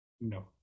No